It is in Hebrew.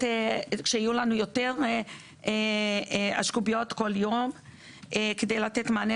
שיהיו לנו יותר אשקוביות כל יום כדי לתת מענה